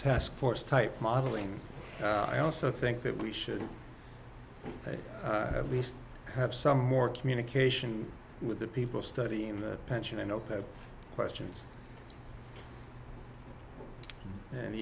taskforce type modeling i also think that we should at least have some more communication with the people studying the pension and open questions and